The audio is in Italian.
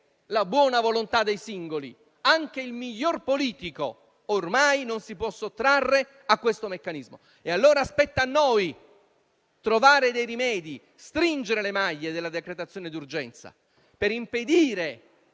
la buona volontà dei singoli. Anche il miglior politico, ormai, non si può sottrarre a questo meccanismo e allora spetta a noi trovare dei rimedi e stringere le maglie della decretazione di urgenza per impedire